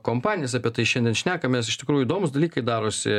kompanijas apie tai šiandien šnekamės iš tikrųjų įdomūs dalykai darosi